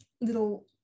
little